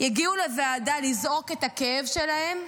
הגיעו לוועדה לזעוק את הכאב שלהם,